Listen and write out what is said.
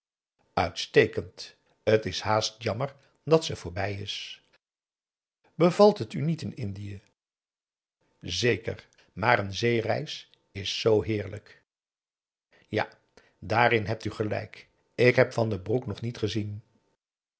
uitstekend t is haast jammer dat ze voorbij is bevalt het u niet in indië zeker maar n zeereis is zoo heerlijk ja daarin hebt u gelijk ik heb van den broek nog niet gezien